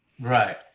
Right